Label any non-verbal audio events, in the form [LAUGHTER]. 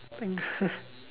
[NOISE]